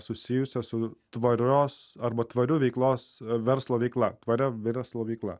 susijusią su tvarios arba tvariu veiklos verslo veikla tvaria verslo veikla